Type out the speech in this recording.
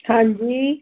ਹਾਂਜੀ